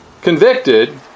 convicted